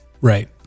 Right